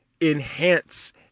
enhance